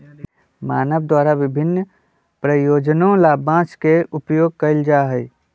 मानव द्वारा विभिन्न प्रयोजनों ला बांस के उपयोग कइल जा हई